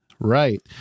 Right